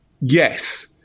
Yes